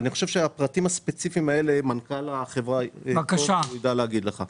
אני חושב שהפרטים הספציפיים האלה מנכ"ל החברה פה והוא יידע להגיד לך.